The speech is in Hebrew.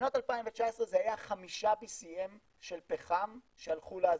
בשנת 2019 זה היה חמישה BCM של פחם שהלכו לעזאזל,